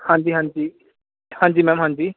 ਹਾਂਜੀ ਹਾਂਜੀ ਹਾਂਜੀ ਮੈਮ ਹਾਂਜੀ